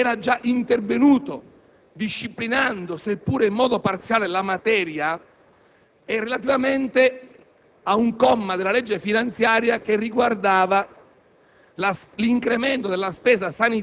nella scorsa finanziaria, era già intervenuto disciplinando la materia, seppure in modo parziale, e relativamente a un comma della legge finanziaria che riguardava